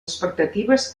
expectatives